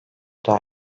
daha